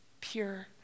pure